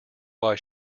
why